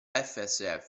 fsf